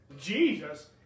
Jesus